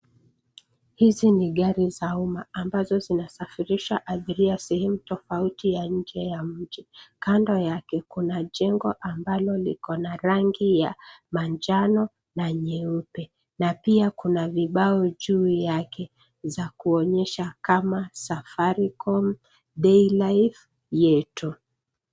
Hizi ni gari za umma ambazo zinasafirisha abiria sehemu tofauti ya nje ya mji. Kando yake, kuna jengo ambalo liko na rangi ya manjano na nyeupe na pia kuna vibao juu yake, za kuonyesha kama safaricom daily life yetu.